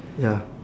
ya